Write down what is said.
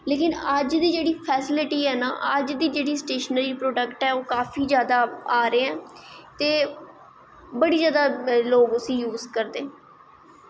लेकिन अज्ज दी जेह्की फैसलिटी ऐ न अज्ज दी जेह्ड़ी स्टेशनटी प्रोडक्ट ऐ ओह् काफी जादा आ दे ऐं ते बड़ी जादा लोग उसी यूस करदे